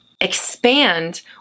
Expand